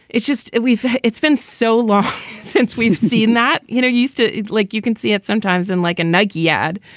it's just we've it's been so long since we've seen that, you know, used to like you can see it sometimes in like a nike ad.